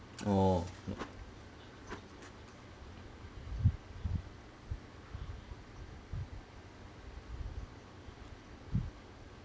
oh